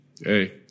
Hey